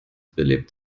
belebt